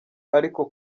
ariko